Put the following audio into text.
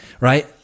right